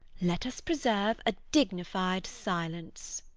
let us preserve a dignified silence.